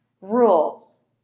Rules